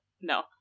no